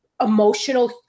emotional